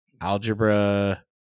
algebra